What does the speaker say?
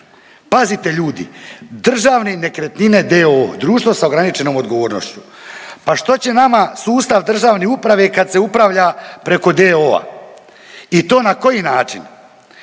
Pazite ljudi Državne nekretnine d.o.o. društvo sa ograničenom odgovornošću. Pa što će nama sustav državne uprave kad se upravlja preko d.o.o.-a i to na koji način?